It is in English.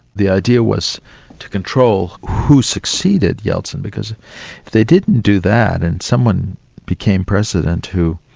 the idea was to control who succeeded yeltsin, because if they didn't do that, and someone became president who